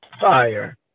fire